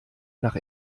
nach